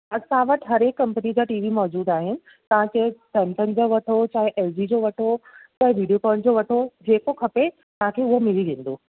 असां वटि हरेक कंपनी जा टी वी मौज़ूद आहिनि तव्हां चाहे सैमसंग जा वठो चाहे एल जी जो वठो या वीडियोकॉन जो वठो जेको खपे तव्हांखे उहो मिली वेंदो